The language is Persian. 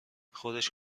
خودش